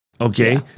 Okay